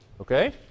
Okay